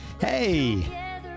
Hey